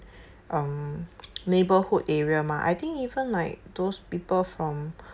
um neighbourhood area mah I think even like those people from